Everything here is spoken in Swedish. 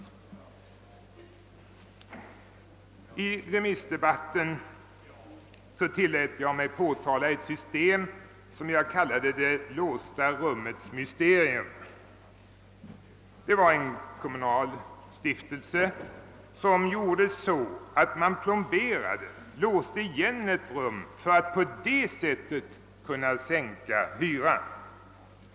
I remissdebatten tillät jag mig påtala ett system, som jag kallade det låsta rummets mysterium. En kommunal bostadsstiftelse låste igen och plomberade ett rum och sänkte därefter hyran för lägenheten.